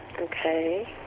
Okay